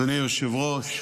אדוני היושב-ראש,